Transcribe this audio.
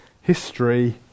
history